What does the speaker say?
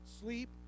sleep